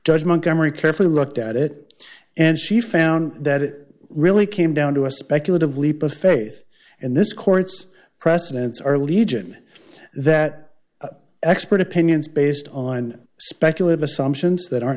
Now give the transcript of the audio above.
just montgomery carefully looked at it and she found that it really came down to a speculative leap of faith and this court's precedents are legion that expert opinions based on speculative assumptions that aren't